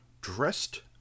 Dressed